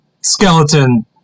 skeleton